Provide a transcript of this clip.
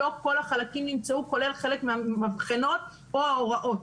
לא כל החלקים נמצאו כולל חלק מהמבחנות או ההוראות.